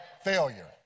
failure